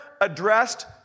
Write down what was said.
addressed